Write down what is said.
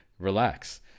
Relax